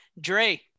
Dre